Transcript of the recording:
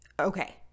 okay